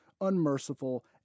Unmerciful